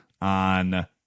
on